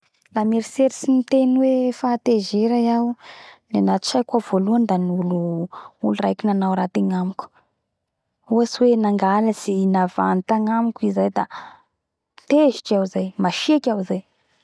La mieritseritsy ny teny hoe fahatezera iaho da gnatsaiko ao voalohany da olo raiky nanao raty agnamiko ohatsy hoe nangalatsy navandy tagnamiko i zay da tezitsy iaho zay da masiaky iaho zay